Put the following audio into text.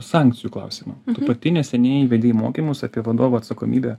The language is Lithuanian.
sankcijų klausimą tu pati neseniai vedei mokymus apie vadovo atsakomybę